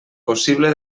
possible